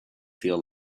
feel